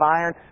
iron